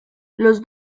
los